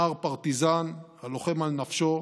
נער פרטיזן הלוחם על נפשו